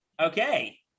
Okay